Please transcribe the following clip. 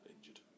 injured